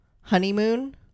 Honeymoon